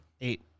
Eight